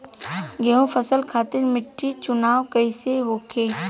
गेंहू फसल खातिर मिट्टी चुनाव कईसे होखे?